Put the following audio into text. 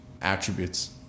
attributes